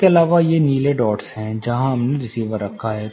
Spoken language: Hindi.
इसके अलावा ये नीले डॉट्स हैं जहां हमने रिसीवर रखा है